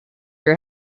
your